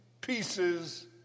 pieces